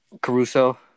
Caruso